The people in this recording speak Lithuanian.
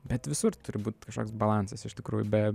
bet visur turi būt kažkoks balansas iš tikrųjų be